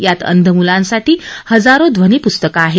यात अंध मुलांसाठी हजारो ध्वनी पुस्तक आहेत